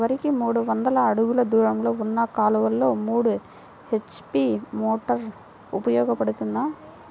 వరికి మూడు వందల అడుగులు దూరంలో ఉన్న కాలువలో మూడు హెచ్.పీ మోటార్ ఉపయోగపడుతుందా?